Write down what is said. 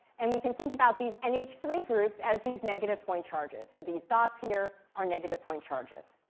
and we can think about these n h three groups as these negative point charges. so these dots here are negative point charges.